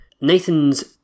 Nathan's